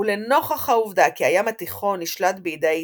ולנוכח העובדה כי הים התיכון נשלט בידי האיטלקים,